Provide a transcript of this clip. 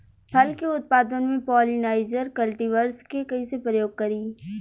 फल के उत्पादन मे पॉलिनाइजर कल्टीवर्स के कइसे प्रयोग करी?